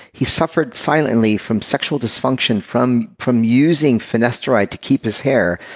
he suffered silently from sexual dysfunction from from using finasteride to keep his hair.